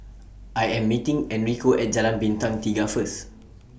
I Am meeting Enrico At Jalan Bintang Tiga First